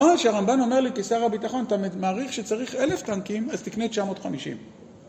או שהרמב"ן אומר לי כשר הביטחון אתה מעריך שצריך אלף טנקים, אז תקנה 950